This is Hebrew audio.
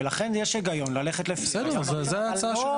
לכן יש היגיון ללכת --- לא לפני.